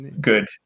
Good